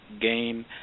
gain